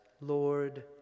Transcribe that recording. Lord